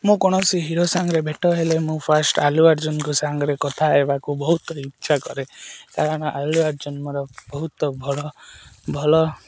ମୁଁ କୌଣସି ହିରୋ ସାଙ୍ଗରେ ଭେଟ ହେଲେ ମୁଁ ଫାଷ୍ଟ ଆଲୁ ଆର୍ଜୁନଙ୍କ ସାଙ୍ଗରେ କଥା ହେବାକୁ ବହୁତ ଇଚ୍ଛା କରେ କାରଣ ଆଲୁ ଆର୍ଜୁନ ମୋର ବହୁତ ଭଲ ଭଲ